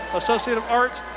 associate of arts,